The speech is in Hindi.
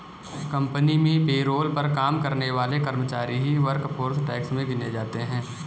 कंपनी में पेरोल पर काम करने वाले कर्मचारी ही वर्कफोर्स टैक्स में गिने जाते है